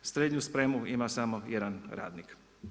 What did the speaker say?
Srednju spremu ima samo jedan radnik.